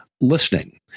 listening